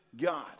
God